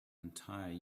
entire